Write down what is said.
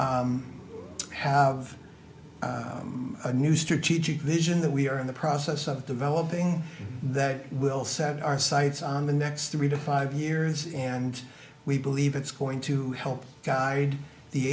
we have a new strategic vision that we are in the process of developing that will set our sights on the next three to five years and we believe it's going to help guide the